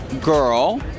girl